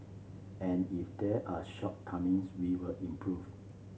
and if there are shortcomings we will improve